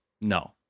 no